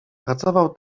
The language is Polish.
pracował